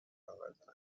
آوردن